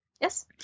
Yes